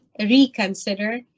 reconsider